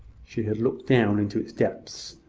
she had looked down into its depths,